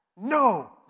no